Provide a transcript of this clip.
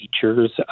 features